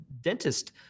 dentist